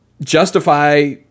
justify